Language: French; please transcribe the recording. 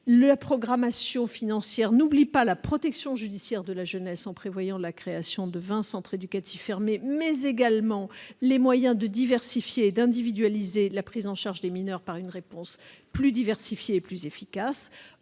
La programmation financière n'oublie pas la protection judiciaire de la jeunesse, puisqu'elle prévoit non seulement la création de vingt centres éducatifs fermés, mais également les moyens de diversifier et d'individualiser la prise en charge des mineurs par une réponse plus diversifiée et plus efficace.